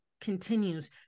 continues